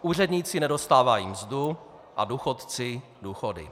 Úředníci nedostávají mzdu a důchodci důchody.